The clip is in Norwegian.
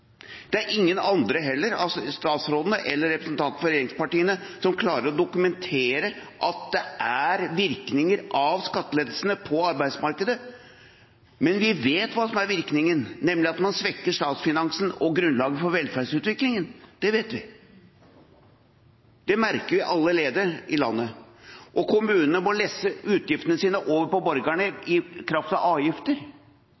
er heller ingen andre av statsrådene, eller representanter for regjeringspartiene, som har klart å dokumentere at det er virkninger av skattelettelsene på arbeidsmarkedet. Men vi vet hva som er virkningene, nemlig at man svekker statsfinansene og grunnlaget for velferdsutviklingen – det vet vi. Det merker vi allerede i landet. Og kommunene må lesse utgiftene sine over på